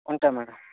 ఉంటా మ్యాడం